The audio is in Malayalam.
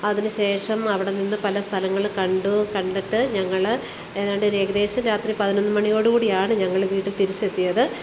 അതിനു ശേഷം അവിടെ നിന്ന് പല സ്ഥലങ്ങൾ കണ്ടു കണ്ടിട്ട് ഞങ്ങൾ ഏങ്ങാണ്ട് ഒരേകദേശം രാത്രി പതിനൊന്നുമണിയോടുകൂടിയാണ് ഞങ്ങൾ വീട്ടിൽ തിരിച്ചെത്തിയത്